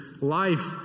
life